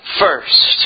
first